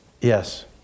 Yes